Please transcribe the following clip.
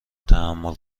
تحمل